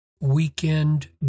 weekend